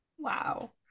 Wow